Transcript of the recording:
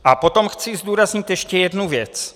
A potom chci zdůraznit ještě jednu věc.